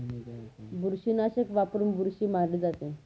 बुरशीनाशक वापरून बुरशी मारली जाते